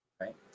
Right